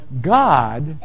God